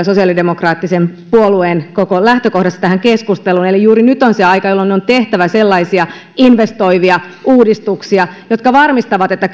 sosiaalidemokraattisen puolueen koko lähtökohta tähän keskusteluun on kyllä aika erilainen eli juuri nyt on se aika jolloin on tehtävä sellaisia investoivia uudistuksia jotka varmistavat että